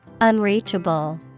Unreachable